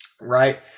right